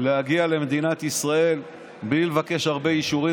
להגיע למדינת ישראל בלי לבקש הרבה אישורים.